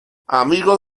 amigo